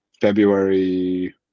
February